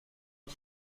بود